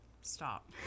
Stop